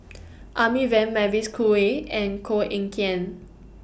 Amy Van Mavis Khoo Oei and Koh Eng Kian